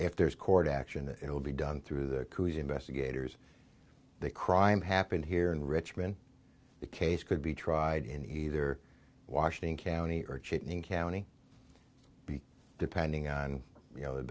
if there's court action it will be done through the quds investigators the crime happened here in richmond the case could be tried in either washington county or cheat in county depending on you know